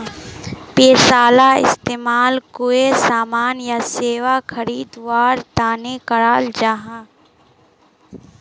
पैसाला इस्तेमाल कोए सामान या सेवा खरीद वार तने कराल जहा